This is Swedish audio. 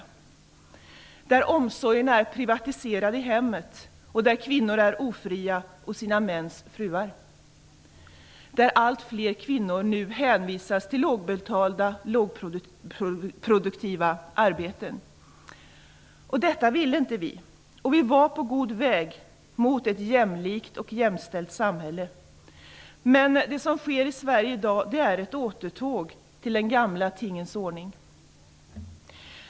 Det är ett samhälle där omsorgen är privatiserad i hemmet, där kvinnor är ofria och sina mäns fruar och där allt fler kvinnor nu hänvisas till lågbetalda lågproduktiva arbeten. Detta vill inte vi ha. Vi var på god väg mot ett jämlikt och jämställt samhälle. Men det som sker i Sverige i dag är ett återtåg till de gamla tingens ordning.